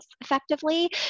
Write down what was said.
effectively